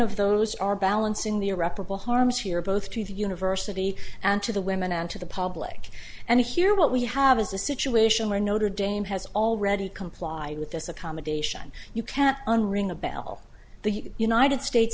of those are balancing the irreparable harm is here both to the university and to the women and to the public and here what we have is a situation where notre dame has already complied with this accommodation you can't unring a bell the united states